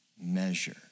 measure